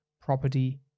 property